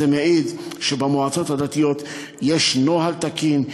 זה מעיד שבמועצות הדתיות יש נוהל תקין,